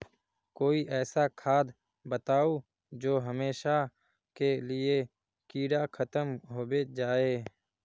कोई ऐसा खाद बताउ जो हमेशा के लिए कीड़ा खतम होबे जाए?